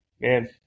Man